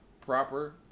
proper